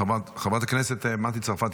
חברת הכנסת מטי צרפתי